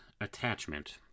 attachment